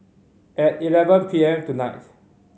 at eleven P M tonight